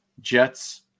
Jets